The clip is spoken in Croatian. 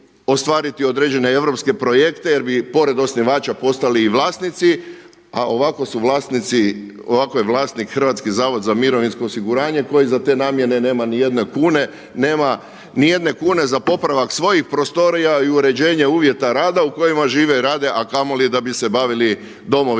ostvariti određene europske projekte jer bi pored osnivača postali i vlasnici a ovako su vlasnici, ovako je vlasnik HZZMO koji za te namjene nema ni jedne kune, nema ni jedne kune za popravak svojih prostorija i uređenje uvjeta rada u kojima rade i žive i rade a kamoli da bi se bavili domovima